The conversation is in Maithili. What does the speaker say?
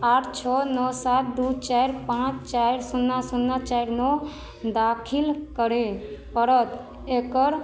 आठ छओ नओ सात दुइ चारि पाँच चारि सुन्ना सुन्ना चारि नओ दाखिल करै पड़त एकर